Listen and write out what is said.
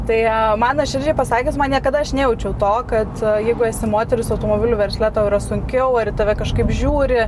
tai man nuoširdžiai pasakius man niekada aš nejaučiau to kad jeigu esi moteris automobilių versle tau yra sunkiau ar į tave kažkaip žiūri